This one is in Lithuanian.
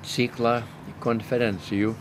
ciklą konferencijų